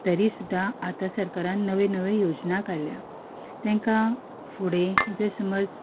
तरी सुद्दां आतां सरकारान नव्यो नव्यो योजना काडल्या तेंकां फुडें जर समज